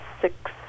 six